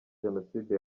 jenoside